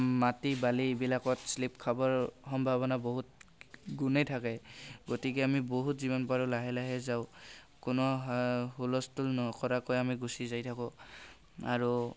মাটি বালি এইবিলাকত শ্লিপ খাবৰ সম্ভাৱনা বহুত গুণেই থাকে গতিকে আমি বহুত যিমান পাৰোঁ লাহে লাহে যাওঁ কোনো হুলস্থুল নকৰাকৈ আমি গুচি যাই থাকোঁ আৰু